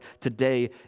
today